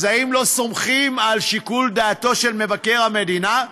אז האם לא סומכים על שיקול דעתו של מבקר המדינה?